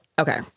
Okay